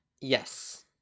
Yes